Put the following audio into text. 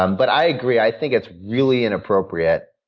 um but i agree. i think it's really inappropriate